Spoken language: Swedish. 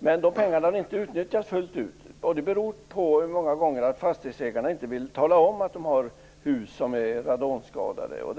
rätt. De pengarna har dock inte utnyttjats fullt ut. Det beror många gånger på att fastighetsägarna inte vill tala om att de har radonskadade hus.